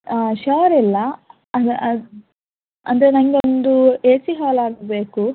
ಆಂ ಶೋರಿಲ್ಲ ಅದ ಅದು ಅಂದರೆ ನಂಗೆ ಒಂದು ಎ ಸಿ ಹಾಲ್ ಆಗಬೇಕು